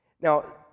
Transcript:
Now